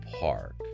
park